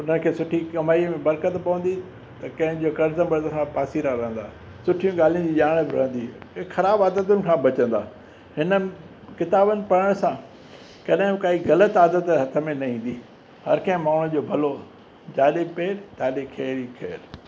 उनखे सुठी कमाईअ में बरक़त पवंदी त कंहिंजो कर्ज ॿर्ज खां पासीरा रहंदा सुठियूं ॻाल्हियुनि जी यादि रहंदी ऐं ख़राबु आदतुनि खां बचंदा इन्हनि किताबनि पढ़ण सां कॾहिं काई ग़लति आदत हथ में न ईंदी हरि कंहिं माण्हूअ जो भलो जाॾे पेरु ताॾे खैरु ई खैरु